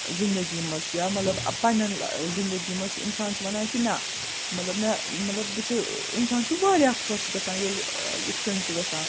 زِندگی منٛز یا مطلب پَننٮ۪ن زِندگی مَنٛز چھُ اِنسان چھُ وَنان کہِ نہ مطلب مےٚ مطلب بہٕ چھُ اِنسان چھُ واریاہ خۄش گَژھان ییٚلہِ یِتھ کٔنۍ چھُ گژھان